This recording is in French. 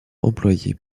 employée